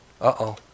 Uh-oh